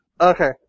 Okay